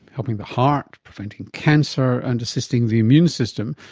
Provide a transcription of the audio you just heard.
helping the heart, preventing cancer and assisting the immune system,